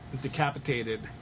decapitated